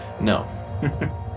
No